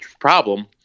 problem